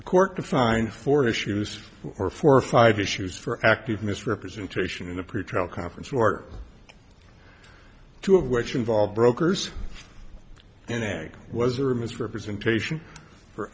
the court to find four issues or four or five issues for active misrepresentation in the pretrial conference or two of which involved brokers in america was there a misrepresentation for